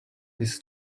his